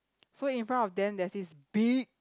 so in front of them there's this big